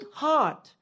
heart